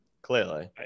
Clearly